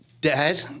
Dad